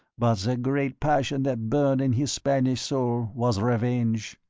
but the great passion that burned in his spanish soul was revenge.